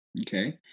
Okay